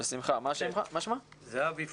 זהבי פריינד.